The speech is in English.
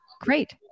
Great